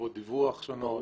וחובות דיווח שונות.